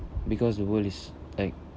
because the world is act~